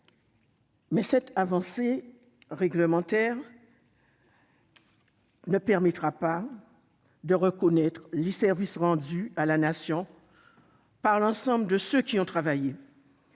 Mais cette avancée réglementaire ne permettra pas de reconnaître les services rendus à la Nation par tous ceux qui ont travaillé.